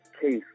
case